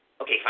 Okay